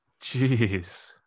jeez